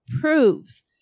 proves